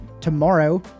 tomorrow